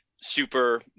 super